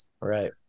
Right